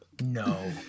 no